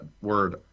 word